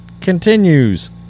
continues